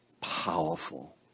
powerful